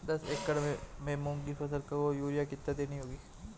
दस एकड़ में मूंग की फसल को यूरिया कितनी देनी होगी?